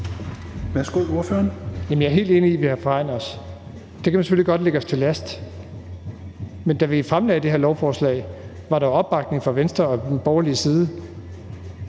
Bruus (S): Jamen jeg er helt enig i, at vi har forregnet os. Det kan man selvfølgelig godt lægge os til last. Men da vi fremlagde det her lovforslag, var der opbakning fra Venstres og Nye Borgerliges side.